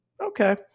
okay